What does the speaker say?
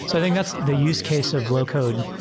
so think that's the use case of low code,